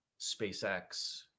spacex